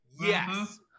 Yes